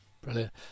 Brilliant